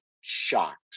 shocked